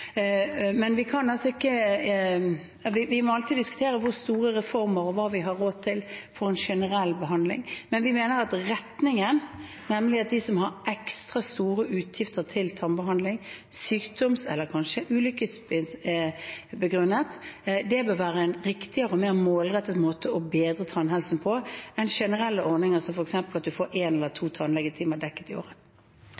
Vi må alltid diskutere hvor store reformer det skal være, og hva vi har råd til når det gjelder generell behandling. Men vi mener at denne retningen, nemlig at de som har ekstra store utgifter til tannbehandling, kanskje begrunnet i sykdom eller ulykke, bør være en riktigere og mer målrettet måte å bedre tannhelsen på enn generelle ordninger, som f.eks. at man får dekket en eller to